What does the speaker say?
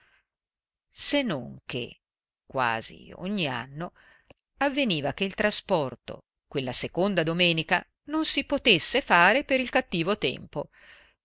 se non che quasi ogni anno avveniva che il trasporto quella seconda domenica non si potesse fare per il cattivo tempo